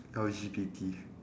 L_G_B_T